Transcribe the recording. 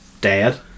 dead